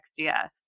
XDS